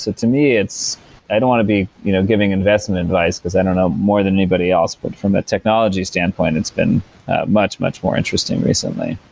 to to me it's i don't' want to be you know giving investment advice, because i don't know ah more than anybody else, but from a technology standpoint it's been much, much more interesting recently